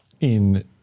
in-